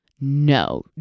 no